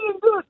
good